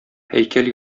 һәйкәл